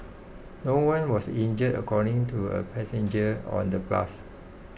no one was injured according to a passenger on the bus